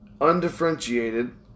undifferentiated